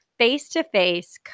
face-to-face